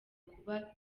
kuba